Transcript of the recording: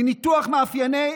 מניתוח מאפייני